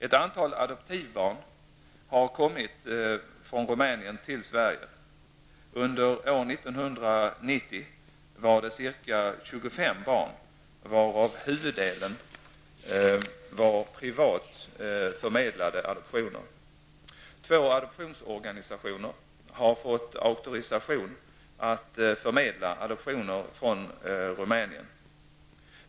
Ett antal adoptivbarn har kommit från Rumänien till Sverige. Under år 1990 var det ca 25 barn, varav huvuddelen var privat förmedlade adoptioner. Två adoptionsorganisationer har fått auktorisation att förmedla adoptioner från Rumänien.